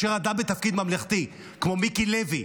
וכאשר אדם בתפקיד ממלכתי כמו מיקי לוי,